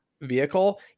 vehicle